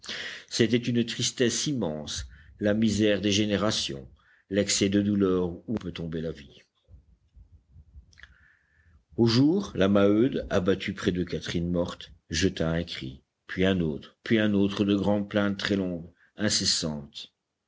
c'était une tristesse immense la misère des générations l'excès de douleur où peut tomber la vie au jour la maheude abattue près de catherine morte jeta un cri puis un autre puis un autre de grandes plaintes très longues incessantes